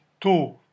two